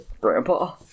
Grandpa